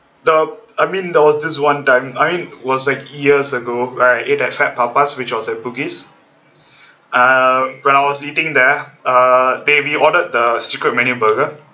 the I mean there was this one time I mean was like years ago right I ate at fat papas which was at bugis uh when I was eating there uh they we ordered the secret menu burger